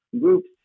groups